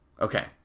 Okay